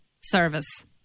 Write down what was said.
service